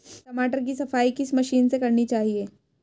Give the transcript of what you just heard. टमाटर की सफाई किस मशीन से करनी चाहिए?